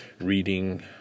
reading